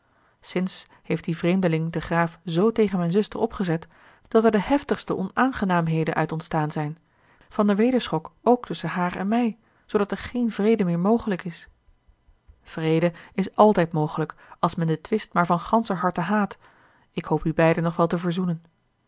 sinds heeft die vreemdeling den graaf z tegen mijne zuster opgezet dat er de heftigste onaangenaamheden uit ontstaan zijn van den wederschok ook tusschen haar en mij zoo dat er geen vrede meer mogelijk is vrede is altijd mogelijk als men den twist maar van ganscher harte haat ik hoop u beiden nog wel te verzoenen